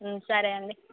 సరే అండి